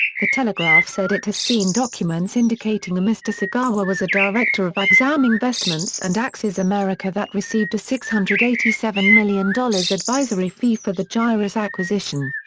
the telegraph said it has seen documents indicating a mr sagawa was a director of axam investments and axes america that received a six hundred and eighty seven million dollars advisory fee for the gyrus acquisition.